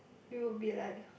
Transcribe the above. we will be like